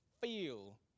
feel